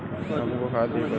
हम कीटों को कैसे पहचाने?